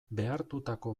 behartutako